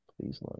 Please